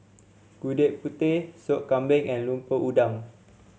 Gudeg Putih Sop Kambing and Lemper Udang